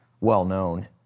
well-known